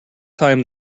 time